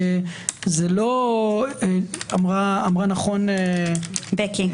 אמרה נכון בקי,